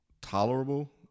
tolerable